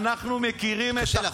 חברת הכנסת דבי ביטון, קריאה שלישית.